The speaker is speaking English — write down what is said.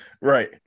right